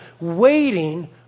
waiting